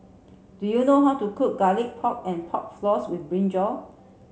do you know how to cook garlic pork and pork floss with brinjal